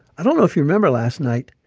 i don't know if you remember last night,